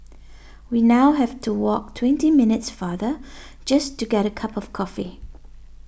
we now have to walk twenty minutes farther just to get a cup of coffee